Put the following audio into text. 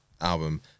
album